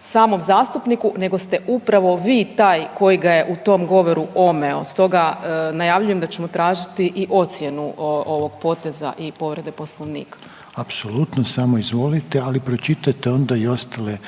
samog zastupniku nego ste upravo vi taj koji ga je u tom govoru omeo. Stoga najavljujem da ćemo tražiti i ocjenu ovog poteza i povrede Poslovnika. **Reiner, Željko (HDZ)** Apsolutno, samo izvolite, ali pročitajte onda i ostale